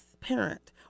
parent